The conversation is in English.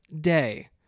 day